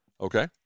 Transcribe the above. Okay